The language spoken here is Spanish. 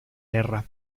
guerra